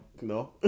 no